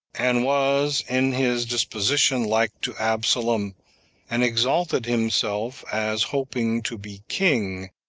and was in his disposition like to absalom and exalted himself as hoping to be king,